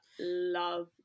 love